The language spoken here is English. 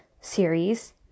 series